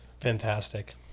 Fantastic